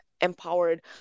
empowered